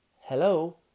Hello